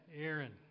Aaron